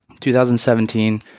2017